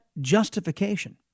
justification